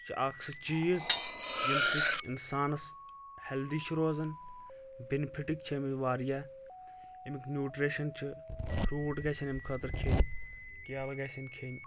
چھ اکھ سُہ چیٖز ییٚمہِ سۭتۍ انسانس ہٮ۪لدی چھُ روزن بینفٹک چھِ امیِکۍ واریاہ امیِکۍ نیٚوٹریشن چھِ فروٗٹ گژھن امہِ خٲطرٕ کھٮ۪نۍ کیلہٕ گژھن کھٮ۪نۍ